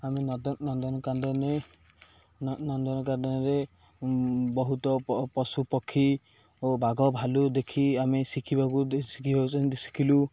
ଆମେ ନ ନନ୍ଦନକାନନ ନନ୍ଦନକାନନରେ ବହୁତ ପଶୁ ପକ୍ଷୀ ଓ ବାଘ ଭାଲୁ ଦେଖି ଆମେ ଶିଖିବାକୁ ଶିଖ ଶିଖିଲୁ